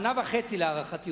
שנה וחצי להערכתי,